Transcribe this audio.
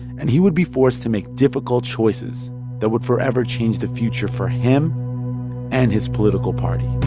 and he would be forced to make difficult choices that would forever change the future for him and his political party